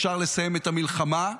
אפשר לסיים את המלחמה,